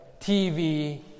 TV